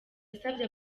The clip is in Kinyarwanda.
yasabye